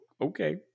okay